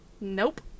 Nope